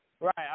Right